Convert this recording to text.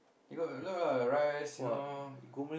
they got a lot ah rice you know